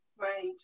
Right